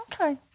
Okay